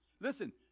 Listen